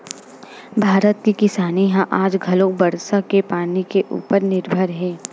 भारत के किसानी ह आज घलो बरसा के पानी के उपर निरभर हे